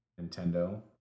Nintendo